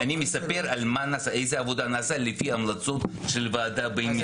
אני מספר איזה עבודה נעשתה לפי ההמלצות של הוועדה הבין-משרדית.